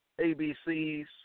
ABCs